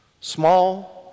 Small